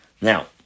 Now